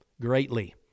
greatly